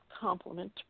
complement